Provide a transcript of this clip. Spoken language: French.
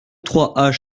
trois